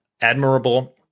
admirable